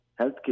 healthcare